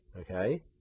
okay